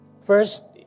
First